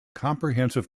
comprehensive